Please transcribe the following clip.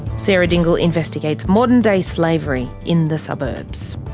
sarah dingle investigates modern day slavery, in the suburbs.